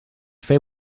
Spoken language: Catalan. fer